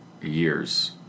years